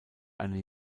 eine